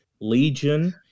Legion